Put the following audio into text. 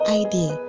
idea